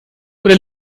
oder